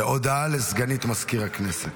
הודעה לסגנית מזכיר הכנסת.